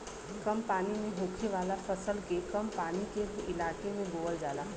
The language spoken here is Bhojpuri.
कम पानी में होखे वाला फसल के कम पानी के इलाके में बोवल जाला